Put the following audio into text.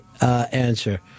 answer